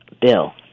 bill